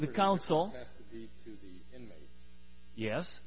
the council yes